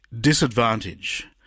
disadvantage